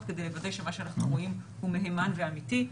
כדי לוודא שמה שאנחנו אומרים הוא מהימן ואמיתי.